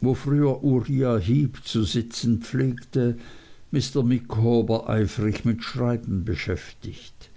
wo früher uriah heep zu sitzen pflegte mr micawber eifrig mit schreiben beschäftigt